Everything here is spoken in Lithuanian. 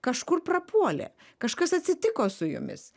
kažkur prapuolė kažkas atsitiko su jumis